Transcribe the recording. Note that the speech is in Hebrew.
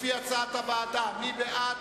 סעיף 95, נמל חדרה, לפי הצעת הוועדה: מי בעד?